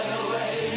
away